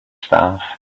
staff